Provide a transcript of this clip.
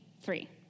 three